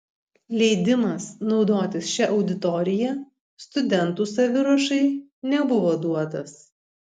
leidimas naudotis šia auditorija studentų saviruošai nebuvo duotas